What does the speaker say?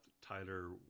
Tyler